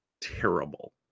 terrible